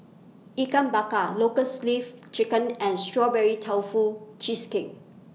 Ikan Bakar Lotus Leaf Chicken and Strawberry Tofu Cheesecake